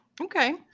Okay